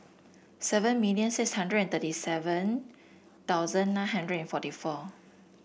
seven million six hundred and thirty seven thousand nine hundred and forty four